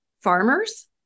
farmers